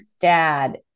dad